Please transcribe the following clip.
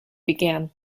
began